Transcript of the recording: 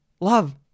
Love